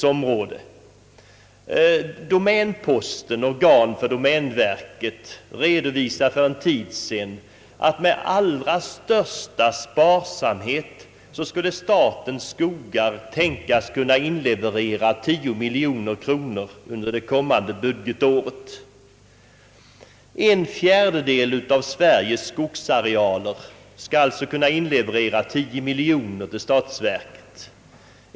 Tidningen Domänposten, organ för domänverket, redovisade för en tid sedan att med allra största sparsamhet skulle statens skogar kunna tänkas inleverera 10 miljoner kronor under det kommande budgetåret. En fjärdedel av Sveriges skogsareal skulle alltså kunna inleverera 10 miljoner till statsverket.